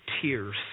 tears